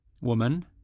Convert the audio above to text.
Woman